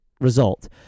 result